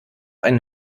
einen